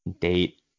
date